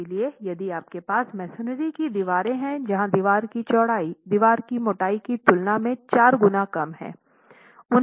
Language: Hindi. इसलिए यदि आपके पास मेसनरी की दीवारें हैं जहां दीवार की चौड़ाई दीवार की मोटाई की तुलना में 4 गुना कम है